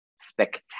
spectacular